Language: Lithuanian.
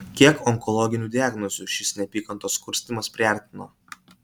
kiek onkologinių diagnozių šis neapykantos kurstymas priartino